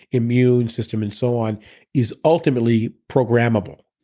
immune system and so on is ultimately programmable,